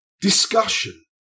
discussion